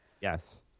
Yes